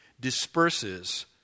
disperses